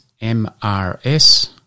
M-R-S